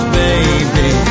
baby